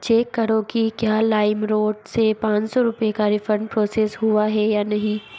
check करो की क्या लाइम रोड से पाँच सौ रुपये का रिफ़ंड प्रोसेस हुआ है या नहीं